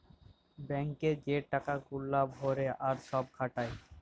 bank এ যে টাকা গুলা ভরে আর সব খাটায়